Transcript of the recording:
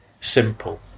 simple